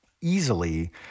easily